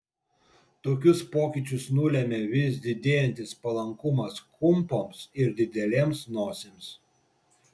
tokius pokyčius nulėmė vis didėjantis palankumas kumpoms ir didelėms nosims